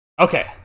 Okay